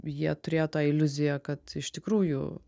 jie turėjo tą iliuziją kad iš tikrųjų